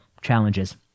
challenges